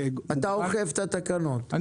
אתה אוכף את התקנות או יוזם אותן.